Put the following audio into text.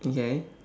okay